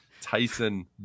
Tyson